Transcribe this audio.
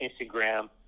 Instagram